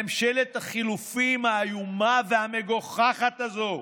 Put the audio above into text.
ממשלת החילופים האיומה והמגוחכת הזו.